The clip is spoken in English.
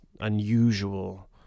unusual